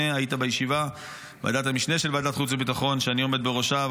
של ועדת החוץ והביטחון שאני עומד בראשה,